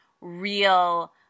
real